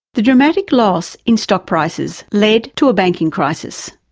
the dramatic loss in stock prices led to a banking crisis.